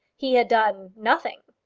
he had done nothing.